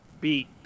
Beat